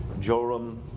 Joram